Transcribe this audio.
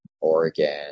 Oregon